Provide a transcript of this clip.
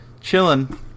chilling